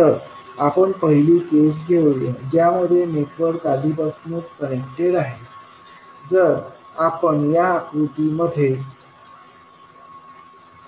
तर आपण पहिली केस घेऊया ज्यामध्ये नेटवर्क आधीपासूनच कनेक्टेड आहे जर आपण या आकृतीमध्ये